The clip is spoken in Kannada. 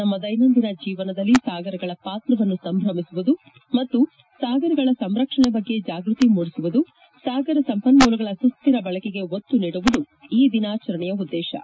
ನಮ್ನ ದ್ಯೆನಂದಿನ ಜೀವನದಲ್ಲಿ ಸಾಗರಗಳ ಪಾತ್ರವನ್ನು ಸಂಭ್ರಮಿಸುವುದು ಮತ್ತು ಸಾಗರಗಳ ಸಂರಕ್ಷಣೆಯ ಬಗ್ಗೆ ಜಾಗೃತಿ ಮೂಡಿಸುವುದು ಸಾಗರ ಸಂಪನ್ನೂಲಗಳ ಸುಸ್ವಿರ ಬಳಕೆಗೆ ಒತ್ತು ನೀಡುವುದು ಈ ದಿನಾಚರಣೆಯ ಉದ್ದೇಶವಾಗಿದೆ